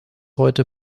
heute